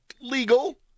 legal